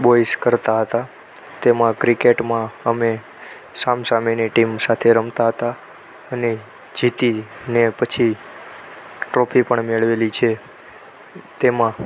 boys કરતા હતા તેમા ક્રિકેટમાં અમે સામસામેની ટીમ સાથે રમતા હતા અને જીતીને પછી ટ્રોફી પણ મેળવેલી છે તેમા